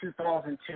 2002